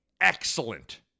excellent